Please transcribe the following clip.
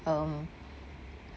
um